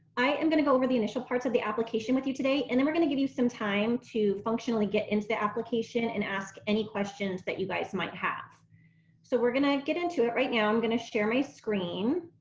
i am gonna go over the initial parts of the application with you today and then we're going to give you some time to functionally get into the application and ask any questions that you guys might have so we're gonna get into it right now. i'm going to share my screen.